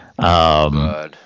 Good